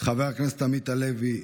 חבר הכנסת עמית הלוי,